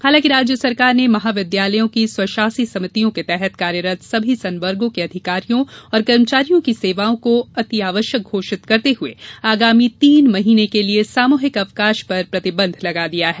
हालांकि राज्य सरकार ने महाविद्यालयों की स्वशासी समितियों के तहत कार्यरत सभी संवर्गों के अधिकारियों और कर्मचारियों की सेवाओं को अत्यावश्यक घोषित करते हुए आगामी तीन महीने के लिए सामूहिक अवकाश पर प्रतिबंध लगा दिया है